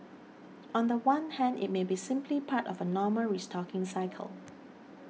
on the one hand it may be simply part of a normal restocking cycle